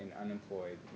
unemployed